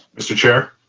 mr. chair?